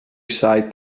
side